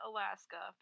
Alaska